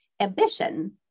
ambition